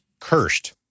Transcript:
cursed